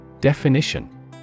Definition